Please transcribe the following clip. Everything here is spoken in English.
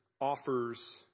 offers